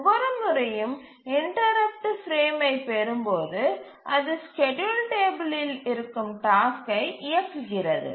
ஒவ்வொரு முறையும் இன்டரப்ட்டு பிரேமை பெறும்போது அது ஸ்கேட்யூல் டேபிலில் இருக்கும் டாஸ்க்கை இயக்குகிறது